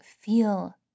feel